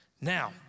Now